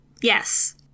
Yes